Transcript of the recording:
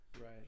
Right